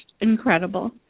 incredible